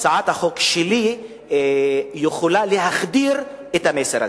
הצעת החוק שלי יכולה להחדיר את המסר הזה.